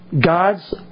God's